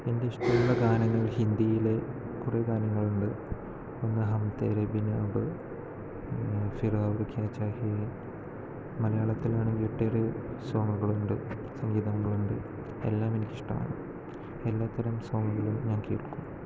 എന്റെ ഇഷ്ടമുള്ള ഗാനങ്ങൾ ഹിന്ദിയിലെ കുറെ ഗാനങ്ങളുണ്ട് ഒന്ന് ഹം തേരെ ബിൻ ഹബ് ഫിർ ഹബ് ക്യാ ചാഹിയെ മലയാളത്തിലാണെങ്കിൽ ഒട്ടേറെ സോങ്ങുകളുണ്ട് സംഗീതങ്ങളുണ്ട് എല്ലാം എനിക്കിഷ്ടമാണ് എല്ലാതരം സോങ്ങുകളും ഞാൻ കേൾക്കും